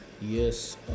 yes